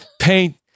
Paint